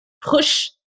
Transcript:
push